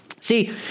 See